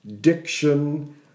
diction